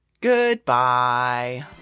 goodbye